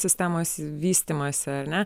sistemos vystymąsi ar ne